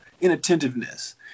inattentiveness